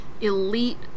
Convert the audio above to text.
elite